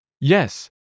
Yes